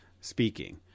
speaking